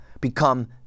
become